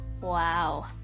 Wow